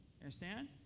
Understand